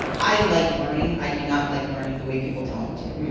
i like learning, i do not like learning the way people tell me to.